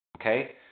okay